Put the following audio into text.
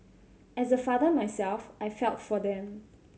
as a father myself I felt for them